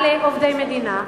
על עובדי מדינה,